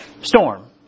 storm